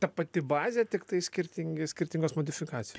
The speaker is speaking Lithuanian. ta pati bazė tiktai skirtingi skirtingos modifikacijos